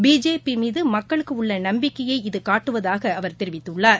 பிஜேபிமீதுமக்களுக்குஉள்ளநம்பிக்கையை இது காட்டுவதாகஅவர் தெரிவித்துள்ளார்